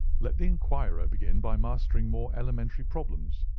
let the enquirer begin by mastering more elementary problems.